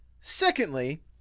Secondly